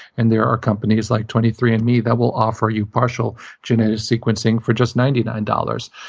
and there are companies, like twenty three and me, that will offer you partial genetic sequencing for just ninety nine dollars.